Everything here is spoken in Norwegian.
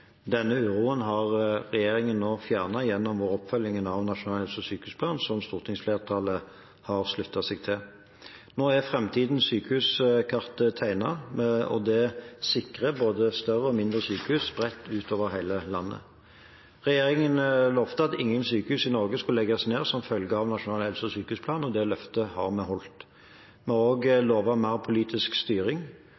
Denne uroen har regjeringen nå fjernet gjennom oppfølgingen av Nasjonal helse- og sykehusplan, som stortingsflertallet har sluttet seg til. Nå er framtidens sykehuskart tegnet, og det sikrer både større og mindre sykehus spredt utover hele landet. Regjeringen lovte at ingen sykehus i Norge skulle legges ned som følge av Nasjonal helse- og sykehusplan, og det løftet har vi holdt. Vi har